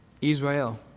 Israel